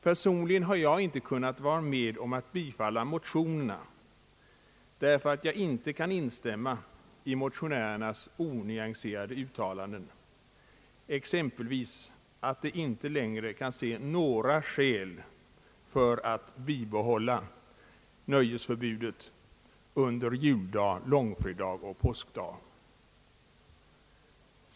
Personligen har jag inte kunnat vara med om att tillstyrka motionerna därför att jag inte kan instämma i motionärernas onyanserade uttalanden, exempelvis att de inte längre kan se några skäl för att bibehålla nöjesförbudet under juldag, långfredag och påskdag.